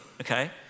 Okay